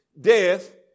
death